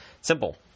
Simple